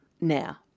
Now